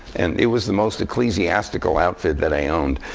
and it was the most ecclesiastical outfit that i owned.